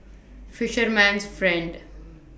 Fisherman's Friend